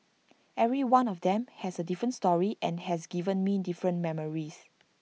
every one of them has A different story and has given me different memories